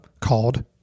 called